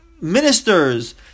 ministers